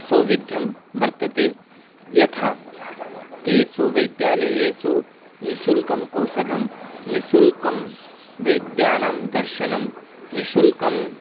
सौविध्यं वर्तते यथा तेषु वैद्यालयेषु निःशुल्कम् औषधम् निःशुल्कं वैद्यानां दर्शनं निःशुल्कम्